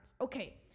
Okay